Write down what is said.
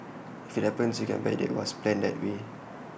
if IT happens you can bet IT was planned that way